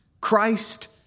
Christ